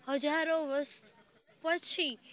હજારો વર્ષ પછી